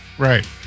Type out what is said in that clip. Right